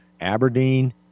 Aberdeen